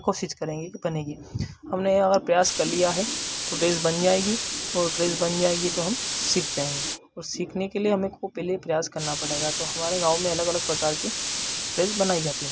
कोशिश करेंगे कि बनेगी हमने अगर प्रयास कल लिया है तो ड्रेस बन जाएगी और ड्रेस बन जाएगी तो हम सीख जाएँगे और सीखने के लिए हमें को पहले प्रयास करना पड़ेगा तो हमारे गाँव में अलग अलग प्रकार की ड्रेस बनाई जाती है